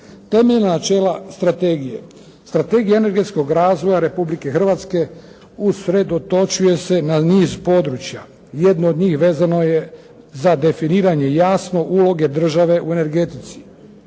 Temeljna načela Strategije, Strategija energetskog razvoja Republike Hrvatske usredotočuje se na niz područja, jedno od njih vezano je za definiranje jasno uloge države u energetici.